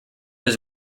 was